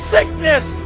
Sickness